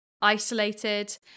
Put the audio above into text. isolated